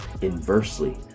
inversely